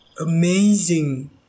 Amazing